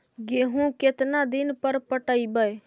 गेहूं केतना दिन पर पटइबै?